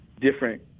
different